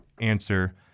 Answer